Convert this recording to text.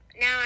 now